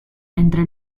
mentre